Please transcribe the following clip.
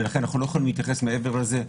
ולכן אני יכולים להתייחס מעבר לזה.